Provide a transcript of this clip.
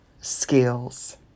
skills